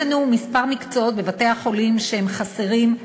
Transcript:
יש לנו כמה מקצועות בבתי-החולים שהם חסרים,